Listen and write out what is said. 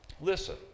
listen